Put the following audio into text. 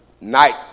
night